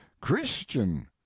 Christian